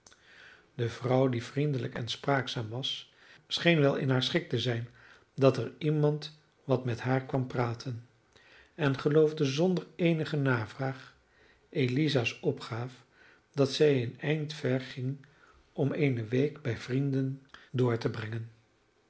de vrouw die vriendelijk en spraakzaam was scheen wel in haar schik te zijn dat er iemand wat met haar kwam praten en geloofde zonder eenige navraag eliza's opgaaf dat zij een eind ver ging om eene week bij vrienden door te brengen